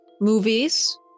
movies